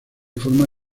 forma